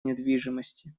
недвижимости